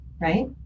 right